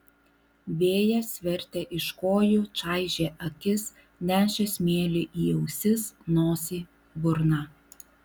vėjas vertė iš kojų čaižė akis nešė smėlį į ausis nosį burną